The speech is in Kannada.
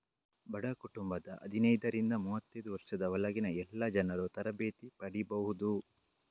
ಬಡ ಕುಟುಂಬದ ಹದಿನೈದರಿಂದ ಮೂವತ್ತೈದು ವರ್ಷದ ಒಳಗಿನ ಎಲ್ಲಾ ಜನರೂ ತರಬೇತಿ ಪಡೀಬಹುದು